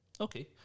Okay